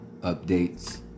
updates